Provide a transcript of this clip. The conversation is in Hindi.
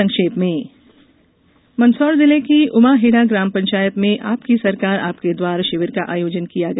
संक्षिप्त समाचारः मंदसौर जिले की उमाहेडा ग्राम पंचायत में आपकी सरकार आपके द्वार शिविर का आयोजन किया गया